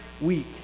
week